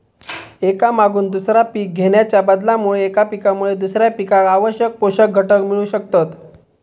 एका मागून दुसरा पीक घेणाच्या बदलामुळे एका पिकामुळे दुसऱ्या पिकाक आवश्यक पोषक घटक मिळू शकतत